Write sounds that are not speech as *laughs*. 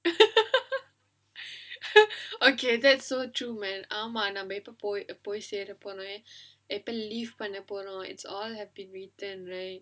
*laughs* okay that's so true man ஆமா நாம எப்ப போய் போய் சேர போறோம் எப்ப:aamaa naama eppa poyi poyi sera porom eppa leave பண்ண போறோம்:panna porom it's all have been written right